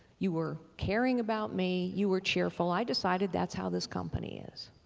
you were caring about me, you were cheerful, i decided that's how this company is.